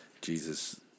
Jesus